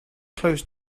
close